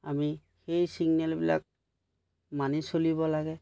আমি সেই ছিগনেলবিলাক মানি চলিব লাগে